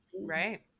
right